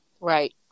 right